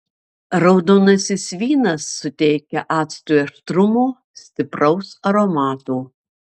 raudonasis vynas suteikia actui aštrumo stipraus aromato